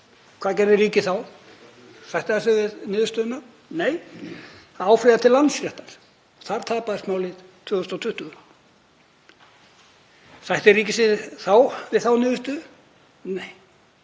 Hvað gerði ríkið þá? Sætti það sig við niðurstöðuna? Nei, það áfrýjaði til Landsréttar. Þar tapaðist málið 2020. Sættir ríkið sig við þá niðurstöðu? Nei.